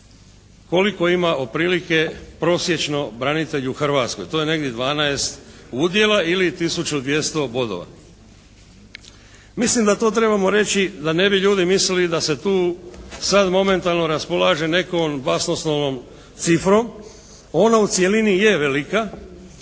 koliko ima otprilike prosječno branitelj u Hrvatskoj. To je negdje 12 udjela ili tisuću 200 bodova. Mislim da to trebamo reći da ne bi ljudi mislili da se tu sad momentalno raspolaže nekom basnoslovnom cifrom. Ona u cjelini je velika,